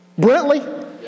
Brentley